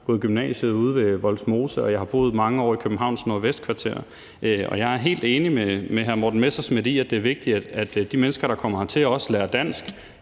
jeg har gået i gymnasiet ude ved Vollsmose, og jeg har boet mange år i Københavns Nordvestkvarter. Og jeg er helt enig med hr. Morten Messerschmidt i, at det er vigtigt, at de mennesker, der kommer hertil, også lærer dansk.